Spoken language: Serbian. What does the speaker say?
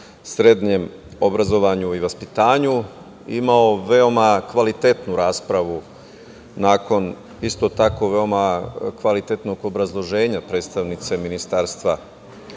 srednjem obrazovanju i vaspitanju, imao veoma kvalitetnu raspravu, nakon isto tako veoma kvalitetnog obrazloženja predstavnice Ministarstva,